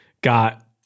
got –